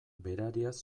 berariaz